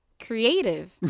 creative